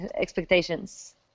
expectations